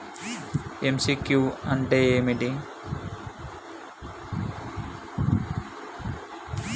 MCQ అంటే ఏమిటి?